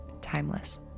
timeless